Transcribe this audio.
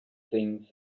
things